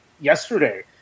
yesterday